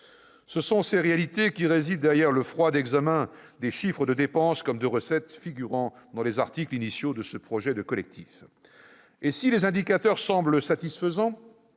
Ce sont ces réalités qui résident derrière le froid examen des chiffres de dépenses, comme de recettes, figurant dans les articles initiaux de ce projet de collectif. Et si les indicateurs semblent satisfaisants